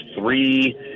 three